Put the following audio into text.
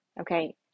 okay